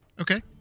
Okay